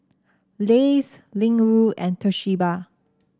Lays Ling Wu and Toshiba